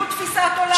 תביאו תפיסת עולם,